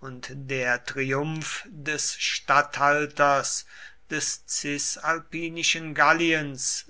und der triumph des statthalters des cisalpinischen galliens